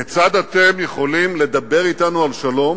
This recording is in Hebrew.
כיצד אתם יכולים לדבר אתנו על שלום,